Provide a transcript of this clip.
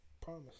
Promise